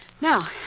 Now